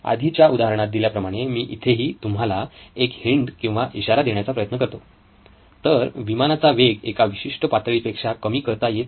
आधीच्या उदाहरणात दिल्याप्रमाणे मी इथेही तुम्हाला एक हिंट किंवा इशारा देण्याचा प्रयत्न करतो तर विमानाचा वेग एका विशिष्ट पातळी पेक्षा कमी करता येत नाही